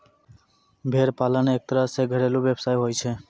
भेड़ पालन एक तरह सॅ घरेलू व्यवसाय होय छै